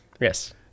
Yes